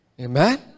Amen